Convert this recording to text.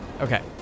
Okay